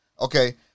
okay